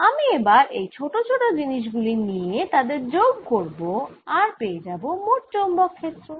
আমি এবার এই ছোট ছোট জিনিষ গুলি নিয়ে তাদের যোগ করব আর পেয়ে যাবো মোট চৌম্বক ক্ষেত্র